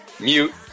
mute